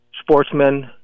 sportsmen